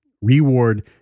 Reward